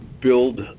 build